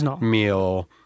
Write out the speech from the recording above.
meal